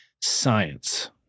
science